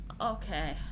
okay